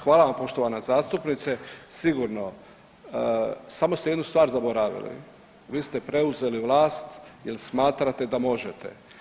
Hvala vam poštovana zastupnice, sigurno samo ste jednu stvar zaboravili, vi ste preuzeli vlast jer smatrate da možete.